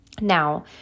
Now